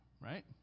right